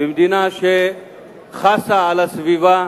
מדינה שחסה על הסביבה,